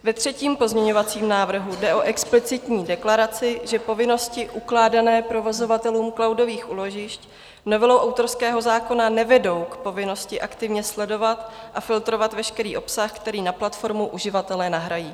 Ve třetím pozměňovacím návrhu jde o explicitní deklaraci, že povinnosti ukládané provozovatelům cloudových úložišť novelou autorského zákona nevedou k povinnosti aktivně sledovat a filtrovat veškerý obsah, který na platformu uživatelé nahrají.